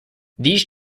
these